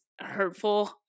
hurtful